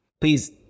Please